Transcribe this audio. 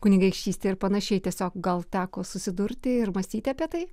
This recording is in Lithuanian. kunigaikštyste ir panašiai tiesiog gal teko susidurti ir mąstyti apie tai